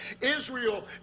Israel